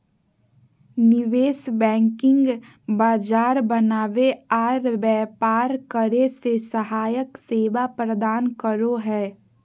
निवेश बैंकिंग बाजार बनावे आर व्यापार करे मे सहायक सेवा प्रदान करो हय